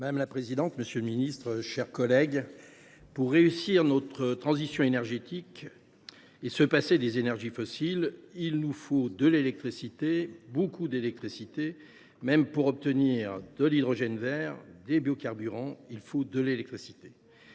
Madame la présidente, monsieur le ministre, mes chers collègues, pour réussir notre transition énergétique et nous passer des énergies fossiles, il nous faut de l’électricité, beaucoup d’électricité. Même pour obtenir de l’hydrogène vert ou des biocarburants, il faut de l’électricité.